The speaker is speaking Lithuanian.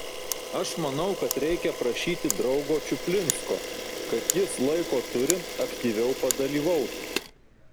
aš manau kad reikia prašyti draugo čuplinsko kad jis laiko turint aktyviau padalyvautų